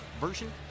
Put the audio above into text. version